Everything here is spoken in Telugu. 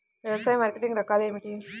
వ్యవసాయ మార్కెటింగ్ రకాలు ఏమిటి?